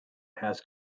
has